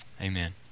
amen